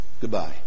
Goodbye